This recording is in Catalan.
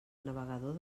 navegador